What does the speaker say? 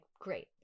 great